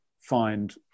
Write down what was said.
find